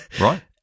Right